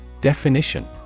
Definition